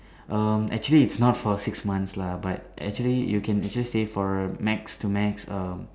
um actually it's not for six months lah but actually you can actually stay for max to max um